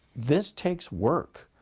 this takes work.